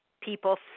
people